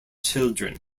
children